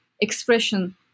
expression